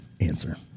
answer